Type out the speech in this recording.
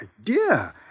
idea